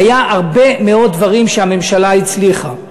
היו הרבה מאוד דברים שהממשלה הצליחה בהם,